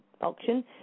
auction